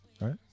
Right